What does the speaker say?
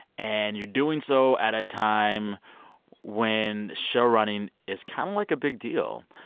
and you're doing so at a time when showrunning is kind of like a big deal.